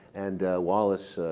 and wallace,